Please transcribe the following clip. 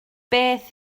beth